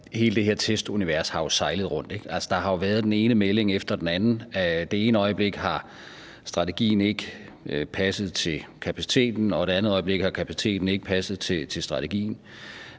hele det her testunivers jo har sejlet rundt, ikke? Der har jo været den ene melding efter den anden; det ene øjeblik har strategien ikke passet til kapaciteten, og det andet øjeblik har kapaciteten ikke passet til strategien.